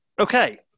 okay